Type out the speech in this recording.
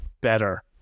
better